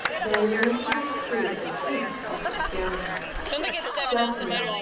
there is little to prove the truth of the story certainly,